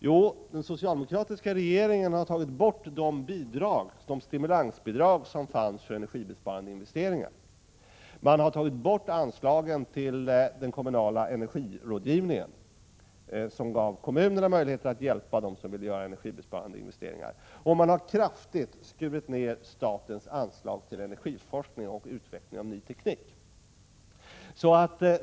Jo, den socialdemokratiska regeringen har tagit bort de stimulansbidrag som fanns för energibesparande investeringar. Man har tagit bort anslaget till den kommunala energirådgivningen, som gav kommunerna möjlighet att hjälpa dem som ville göra energibesparande investeringar och man har kraftigt skurit ned statens anslag till energiforskning och utveckling av ny teknik.